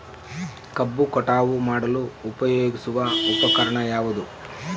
ಕಬ್ಬು ಕಟಾವು ಮಾಡಲು ಉಪಯೋಗಿಸುವ ಉಪಕರಣ ಯಾವುದು?